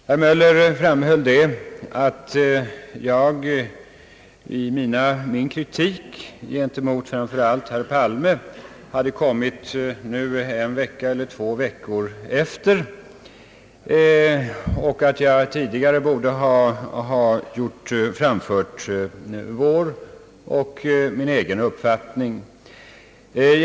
Herr Möller framhöll att jag i min kritik mot framför allt herr Palme hade kommit en vecka eller två veckor för sent och att jag borde ha framfört vår och min egen uppfattning tidigare.